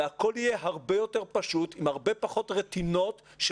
והכול יהיה הרבה יותר פשוט ועם הרבה פחות רטינות של